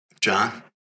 John